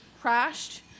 crashed